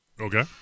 okay